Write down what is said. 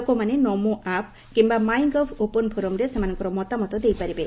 ଲୋକମାନେ 'ନମୋ ଆପ୍' କିମ୍ମା 'my gov open ଫୋରମ୍ରେ ସେମାନଙ୍କର ମତାମତ ଦେଇପାରିବେ